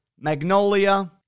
Magnolia